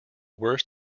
worst